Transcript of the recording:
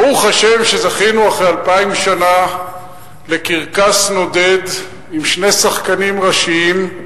ברוך השם שזכינו אחרי אלפיים שנה לקרקס נודד עם שני שחקנים ראשיים.